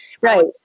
Right